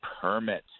permit